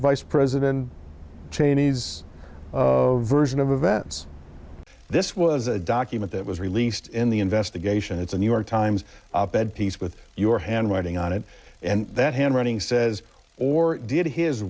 vice president cheney's version of events this was a document that was released in the investigation it's a new york times op ed piece with your handwriting on it and that handwriting says or did his